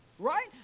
Right